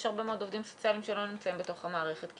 יש הרבה מאוד עובדים סוציאליים שלא נמצאים בתוך המערכת כי